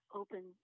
open